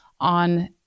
on